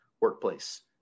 workplace